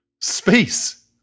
Space